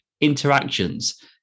interactions